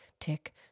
tick